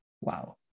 wow